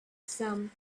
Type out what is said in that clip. some